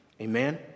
Amen